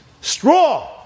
straw